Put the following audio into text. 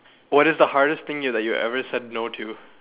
what is the hardest thing you that you have ever said no to